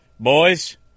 Boys